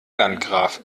landgraf